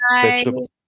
vegetables